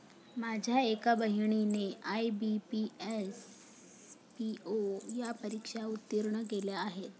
माझ्या एका बहिणीने आय.बी.पी, एस.पी.ओ या परीक्षा उत्तीर्ण केल्या आहेत